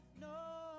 no